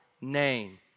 name